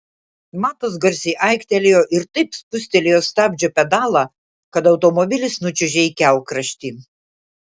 matas garsiai aiktelėjo ir taip spustelėjo stabdžio pedalą kad automobilis nučiuožė į kelkraštį